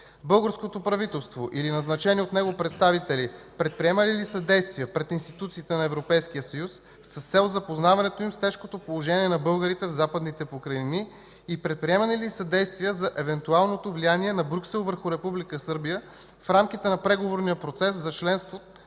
Българското правителство или назначени от него представители предприемали ли са действия пред институциите на Европейския съюз с цел запознаването им с тежкото положение на българите в Западните покрайнини и предприемани ли са действия за евентуално влияние на Брюксел върху Република Сърбия, в рамките на преговорния процес за членство,